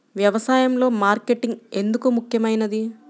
వ్యసాయంలో మార్కెటింగ్ ఎందుకు ముఖ్యమైనది?